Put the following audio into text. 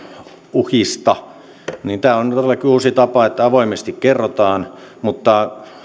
uhista tämä on todellakin uusi tapa että avoimesti kerrotaan mutta